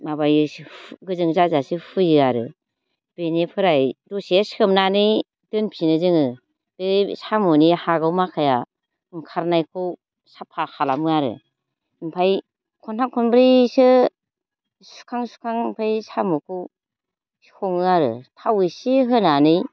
माबायो गोजों जाजासे हुयो आरो बेनिफ्राय दसे सोमनानै दोनफिनो जोङो बे साम'नि हाग' माखाया ओंखारनायखौ साफा खालामो आरो ओमफ्राय खनथाम खनब्रैसो सुखां सुखां ओमफ्राय साम'खौ सङो आरो थाव इसे होनानै